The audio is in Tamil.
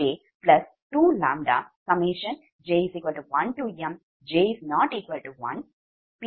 சமம்